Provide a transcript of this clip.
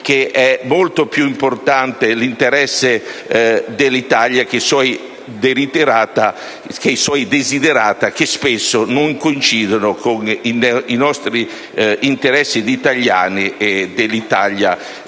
che è molto più importante l'interesse dell'Italia dei suoi *desiderata*, che spesso non coincidono con i nostri interessi di italiani e dell'Italia